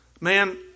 Man